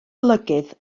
olygydd